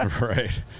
Right